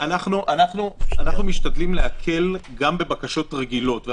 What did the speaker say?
אנחנו משתדלים להקל גם בבקשות רגילות.